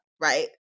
right